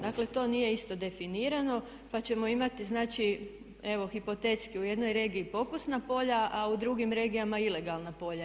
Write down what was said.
Dakle, to nije isto definirano, pa ćemo imati znači evo hipotetski u jednoj regiji pokusna polja, a u drugim regijama ilegalna polja.